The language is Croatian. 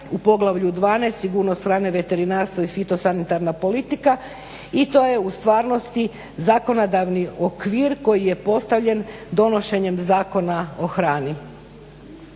u poglavlju 12 – Sigurnost hrane, veterinarstva i fitosanitarna politika i to je u stvarnosti zakonodavni okvir koji je postavljen donošenjem Zakona o hrani.